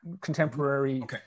contemporary